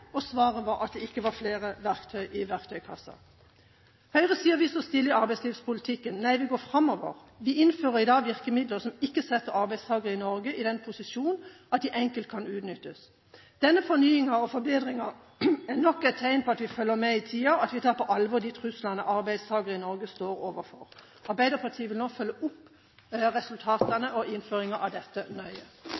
at det ikke var flere verktøy i verktøykassa. Høyre sier vi står stille i arbeidslivspolitikken. Nei, vi går framover. Vi innfører i dag virkemidler som ikke setter arbeidstakere i Norge i den posisjon at de enkelt kan utnyttes. Denne fornyingen og forbedringen er nok et tegn på at vi følger med i tiden, og at vi tar på alvor de truslene arbeidstakere i Norge står overfor. Arbeiderpartiet vil nå nøye følge opp resultatene